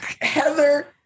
Heather